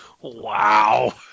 Wow